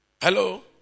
Hello